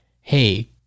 Hey